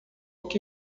que